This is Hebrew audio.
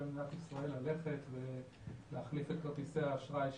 מדינת ישראל ללכת ולהחליף את כרטיסי האשראי שלהם.